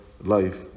life